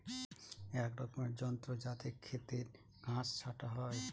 এক রকমের যন্ত্র যাতে খেতের ঘাস ছাটা হয়